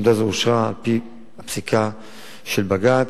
עמדה זו אושרה בפסיקה של בג"ץ.